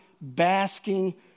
basking